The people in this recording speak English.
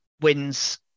wins